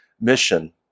mission